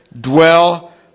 Dwell